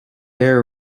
air